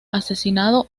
asesinado